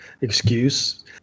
excuse